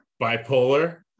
bipolar